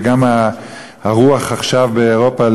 וגם הרוח באירופה עכשיו,